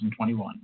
2021